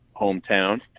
hometown